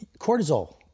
Cortisol